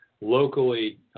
locally